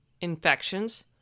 infections